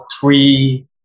three